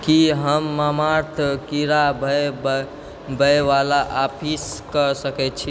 की हम मामा अर्थ कीड़ा भयबयवला आपिस कऽ सकैत छी